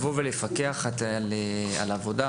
כדי לפקח על עבודה,